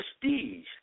Prestige